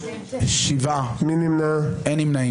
הצבעה לא אושרו.